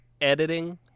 editing